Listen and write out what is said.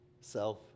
Self